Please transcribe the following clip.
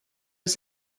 was